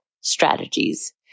strategies